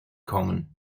common